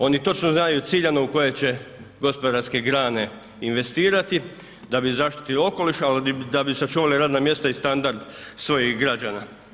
Oni točno znaju ciljano u kojoj će gospodarske grane investirati da bi zaštitili okoliš, ali da bi i sačuvali radna mjesta i standard svojih građana.